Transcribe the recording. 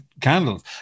candles